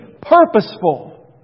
purposeful